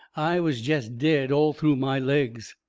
i was jest dead all through my legs.